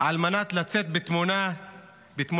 על מנת לצאת בתמונת ניצחון,